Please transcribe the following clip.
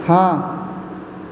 हॅं